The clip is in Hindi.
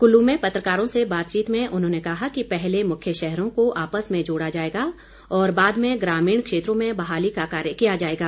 कल्लू में पत्रकारों से बातचीत में उन्होंने कहा कि पहले मुख्य शहरों को आपस में जोड़ा जाएगा और बाद में ग्रामीण क्षेत्रों में बहाली का कार्य किया जाएगा